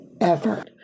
Ever